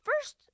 First